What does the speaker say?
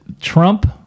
Trump